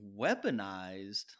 weaponized